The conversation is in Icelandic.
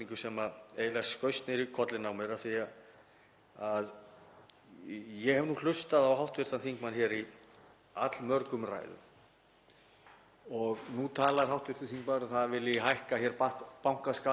og nú talar hv. þingmaður um að hann vilji hækka bankaskatt um 30.000 milljónir. Hvernig heldur hv. þingmaður að sú framkvæmd eða sú aðgerð